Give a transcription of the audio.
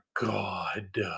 God